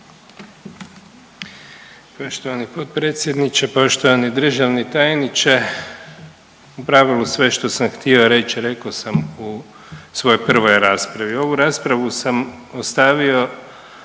Poštovani potpredsjedniče, poštovani državni tajniče u pravilu sve što sam htio reći rekao sam u svojoj prvoj raspravi. Ovu raspravu sam ostavio,